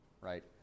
right